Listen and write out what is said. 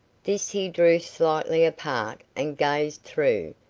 this he drew slightly apart and gazed through,